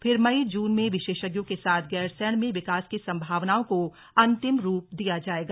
फिर मई जून में विशेषज्ञों के साथ गैरसैंण में विकास की संभावनाओं को अंतिम रूप दिया जाएगा